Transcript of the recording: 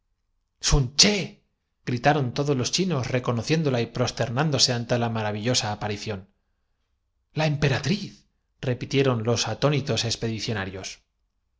muerte sun ché gritaron todos los chinos reconocién dola y prosternándose ante la maravillosa aparición la emperatriz repitieron los atónitos